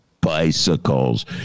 Bicycles